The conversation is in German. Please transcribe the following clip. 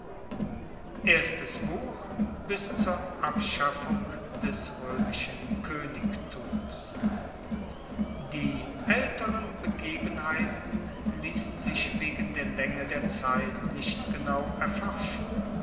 buch bis zur abschaffung des roemischen koenigtums die aelteren begebenheiten liessen sich wegen der laenge der zeit nicht genau erforschen